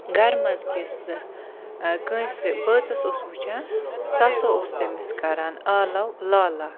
گَرٕ مزکِس کٲنٛسہِ بٲژَس اوس وٕچھان سُہ ہَسا اوس تٔمِس کَران آلو لالا